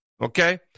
okay